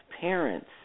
parents